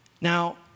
Now